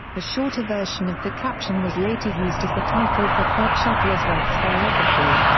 a shorter version of the caption was later used as the title for fred shuttlesworth's biography.